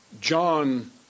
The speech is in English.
John